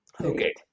Okay